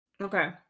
okay